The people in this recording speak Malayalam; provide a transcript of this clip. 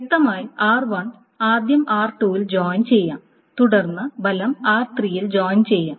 വ്യക്തമായി r1 ആദ്യം r2 ൽ ജോയിൻ ചെയ്യാം തുടർന്ന് ഫലം r3 ൽ ജോയിൻ ചെയ്യാം